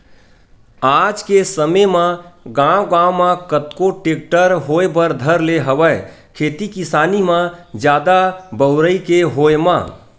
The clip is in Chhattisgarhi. आज के समे म गांव गांव म कतको टेक्टर होय बर धर ले हवय खेती किसानी म जादा बउरई के होय म